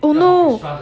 oh no